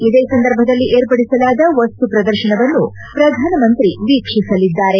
ಇದೇ ಸಂದರ್ಭದಲ್ಲಿ ಏರ್ಪಡಿಸಲಾದ ವಸ್ತು ಪ್ರದರ್ಶನವನ್ನು ಪ್ರಧಾನಮಂತ್ರಿ ವೀಕ್ಷಿಸಲಿದ್ದಾರೆ